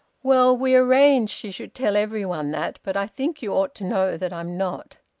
well, we arranged she should tell every one that. but i think you ought to know that i'm not.